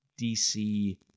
DC